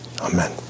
Amen